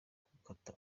gukata